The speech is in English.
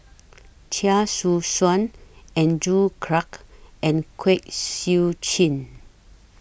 Chia Choo Suan Andrew Clarke and Kwek Siew Jin